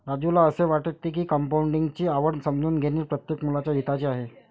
राजूला असे वाटते की कंपाऊंडिंग ची आवड समजून घेणे प्रत्येक मुलाच्या हिताचे आहे